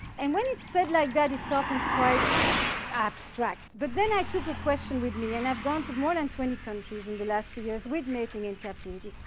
and when it's said like that, it's often quite abstract. but then i took a question with me. and i've gone to more than twenty countries in the last few years with mating in captivity,